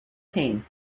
came